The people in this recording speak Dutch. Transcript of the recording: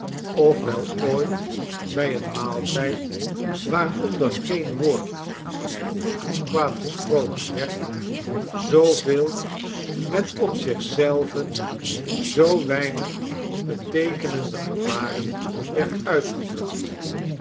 wel ooit by een maaltijd waaronder geen woord goed of kwaad gesproken werd zooveel met op zich zelven zoo weinig beteekenende gebaren werd uitgedrukt